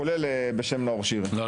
כולל בשם נאור שיר --- לא,